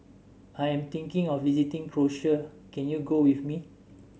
I am thinking of visiting Croatia can you go with me